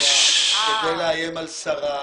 המדינה כדי לאיים על שריו,